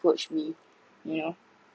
approach me you know